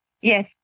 Yes